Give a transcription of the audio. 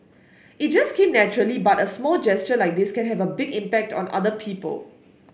it just came naturally but a small gesture like this can have a big impact on other people